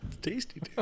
tasty